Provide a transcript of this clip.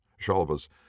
Shalva's